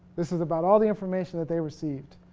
this is about all the information that they received